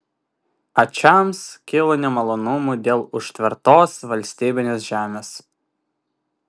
ačams kilo nemalonumų dėl užtvertos valstybinės žemės